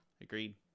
agreed